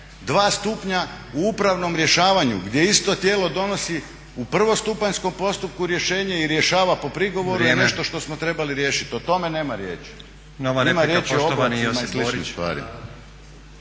Dva stupnja u upravnom rješavanju gdje isto tijelo donosi u prvostupanjskom postupku rješenje i rješava po prigovoru je nešto što smo trebali riješiti. …/Upadica Stazić: Vrijeme./… O tome nema riječi. Nema riječi o oblacima i sličnim stvarima.